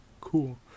Cool